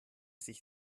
sich